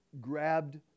grabbed